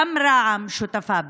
גם רע"מ שותפה בזה.